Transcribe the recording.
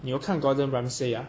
你有看 gordon ramsay ah